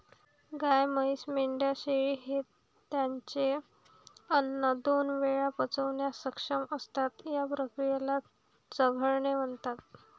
गाय, म्हैस, मेंढ्या, शेळी हे त्यांचे अन्न दोन वेळा पचवण्यास सक्षम असतात, या क्रियेला चघळणे म्हणतात